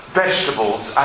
vegetables